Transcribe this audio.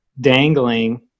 dangling